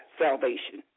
salvation